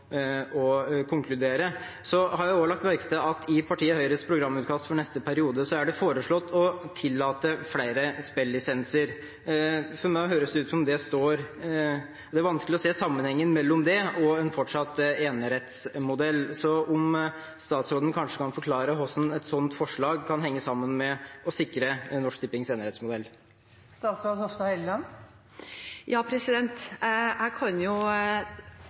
konkludere. Jeg har også lagt merke til at i partiet Høyres programutkast for neste periode er det foreslått å tillate flere spillisenser. For meg er det vanskelig å se sammenhengen mellom det og en fortsatt enerettsmodell. Kanskje statsråden kan forklare hvordan et slikt forslag kan henge sammen med å sikre Norsk Tippings enerettsmodell? Jeg kan snakke for det regjeringen jobber med, og jeg